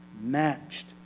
matched